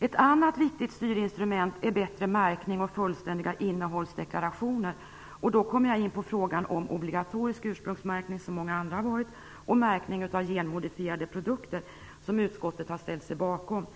Ett annat viktigt styrinstrument är bättre märkning och fullständiga innehållsdeklarationer. Då kommer jag in på frågan om obligatorisk ursprungsmärkning - som många andra har varit inne på - och märkning av genmodifierade produkter som utskottet har ställt sig bakom.